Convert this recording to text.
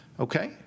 Okay